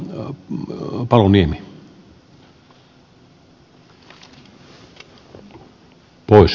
arvoisa herra puhemies